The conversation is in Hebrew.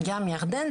גם ירדן,